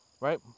right